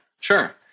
sure